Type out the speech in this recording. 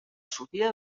sortida